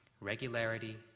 Regularity